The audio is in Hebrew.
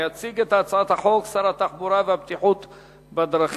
יציג את הצעת החוק שר התחבורה והבטיחות בדרכים,